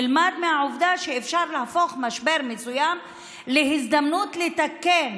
נלמד מהעובדה שאפשר להפוך משבר מסוים להזדמנות לתקן